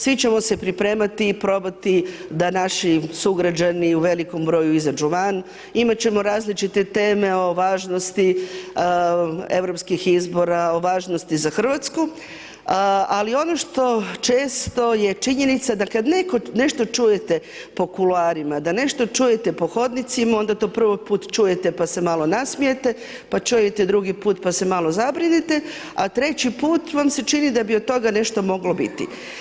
Svi ćemo se pripremati i probati da naši sugrađani u velikom broju izađu van, imat ćemo različite teme o važnosti europskih izbora, o važnosti za Hrvatsku, ali ono što često je činjenica da kad nešto čujete po kuloarima, da nešto čujete po hodnicima, onda to prvi put čujete pa se malo nasmijete, pa čujete drugi put pa se malo zabrinete, a treći put vam se čini da bi od toga nešto moglo biti.